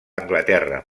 anglaterra